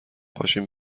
پاشیم